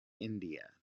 india